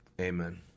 Amen